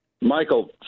Michael